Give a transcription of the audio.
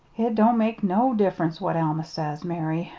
it don't make no diff'rence what alma says, mary.